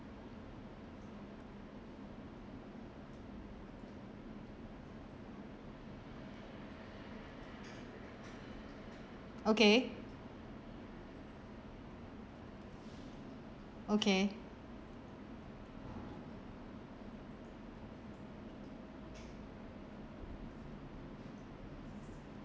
okay okay